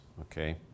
Okay